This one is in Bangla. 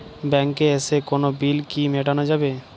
ব্যাংকে এসে কোনো বিল কি মেটানো যাবে?